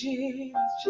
Jesus